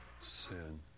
sin